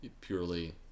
purely